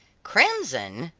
crimson,